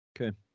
okay